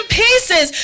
pieces